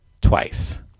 Twice